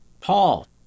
Paul